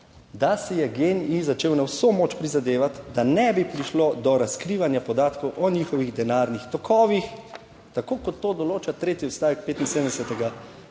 da si je GEN-I začel na vso moč prizadevati, da ne bi prišlo do razkrivanja podatkov o njihovih denarnih tokovih, tako kot to določa tretji odstavek 75.b